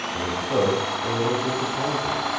and at first a little disappointed.